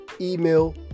email